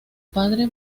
padre